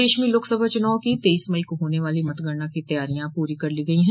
प्रदेश में लोकसभा चुनाव की तेईस मई को होने वाली मतगणना की तैयारिया पूरी कर ली गई हैं